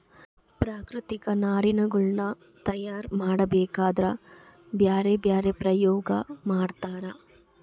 ಪ್ರಾಕೃತಿಕ ನಾರಿನಗುಳ್ನ ತಯಾರ ಮಾಡಬೇಕದ್ರಾ ಬ್ಯರೆ ಬ್ಯರೆ ಪ್ರಯೋಗ ಮಾಡ್ತರ